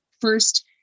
first